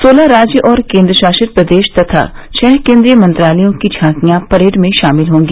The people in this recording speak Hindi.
सोलह राज्य और केन्द्रशासित प्रदेश तथा छह केन्द्रीय मंत्रालयों की झांकियां परेड में शामिल होंगी